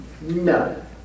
no